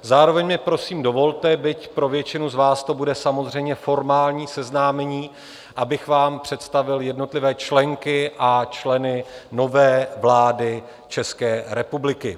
Zároveň mně prosím dovolte, byť pro většinu z vás to bude samozřejmě formální seznámení, abych vám představil jednotlivé členky a členy nové vlády České republiky.